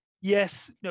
Yes